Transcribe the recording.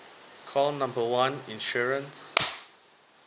call number one insurance